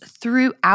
throughout